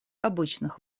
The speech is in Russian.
обычных